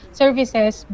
services